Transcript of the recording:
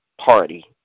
party